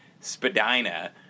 spadina